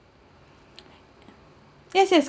yes yes